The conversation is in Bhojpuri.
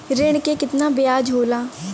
ऋण के कितना ब्याज होला?